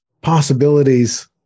possibilities